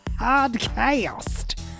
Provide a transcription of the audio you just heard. Podcast